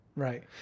Right